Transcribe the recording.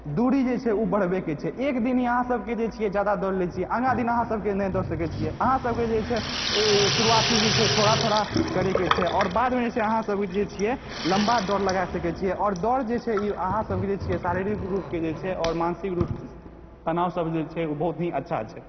दूरी जे छै ओ बढ़बयके छै एकै दिन अहाँसभ जे छै जादा दौड़ लैत छियै आगाँ दिन अहाँसभके नहि दौड़ सकैत छियै अहाँसभके जे छै शुरुआती जे छै थोड़ा थोड़ा करयके छै आओर बादमे जे छै अहाँसभ जे छियै लम्बा दौड़ लगाइ सकैत छियै आओर दौड़ जे छै ई अहाँसभके जे छियै शारीरिक रूपके जे छै आओर मानसिक रूप तनावसँ भी बहुत ही अच्छा छै